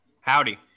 howdy